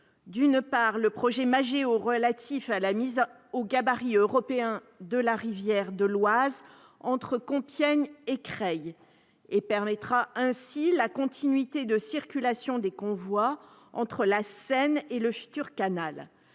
d'une part, du projet MAGEO, relatif à la mise au gabarit européen de la rivière de l'Oise entre Compiègne et Creil, qui permettra ainsi la continuité de circulation des convois entre la Seine et le futur canal.